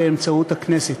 באמצעות הכנסת.